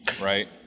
right